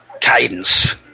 cadence